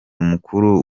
mukuru